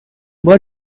بار